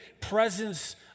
presence